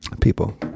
people